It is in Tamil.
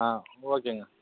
ஆ ஓகேங்க